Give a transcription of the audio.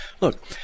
Look